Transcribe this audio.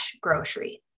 grocery